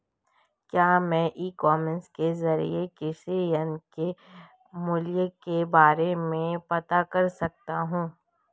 क्या मैं e commerce के ज़रिए कृषि यंत्र के मूल्य के बारे में पता कर सकता हूँ?